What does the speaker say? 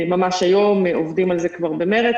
ממש היום אנחנו עובדים על זה במרץ,